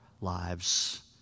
lives